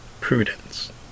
prudence